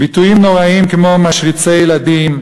ביטויים נוראים כמו משריצי ילדים,